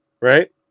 right